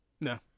No